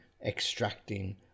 extracting